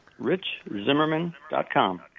RichZimmerman.com